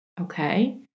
Okay